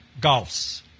golfs